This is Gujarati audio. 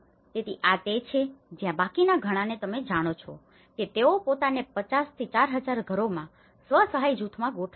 તેથી આ તે છે જ્યાં બાકીના ઘણાને તમે જાણો છો કે તેઓ પોતાને 50 થી 4000 ઘરોમાં સ્વ સહાય જૂથોમાં ગોઠવે છે